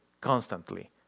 constantly